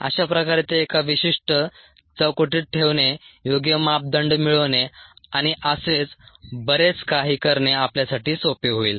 अशा प्रकारे ते एका विशिष्ट चौकटीत ठेवणे योग्य मापदंड मिळवणे आणि असेच बरेच काही करणे आपल्यासाठी सोपे होईल